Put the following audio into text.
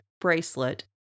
bracelet